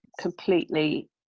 completely